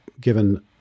given